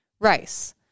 rice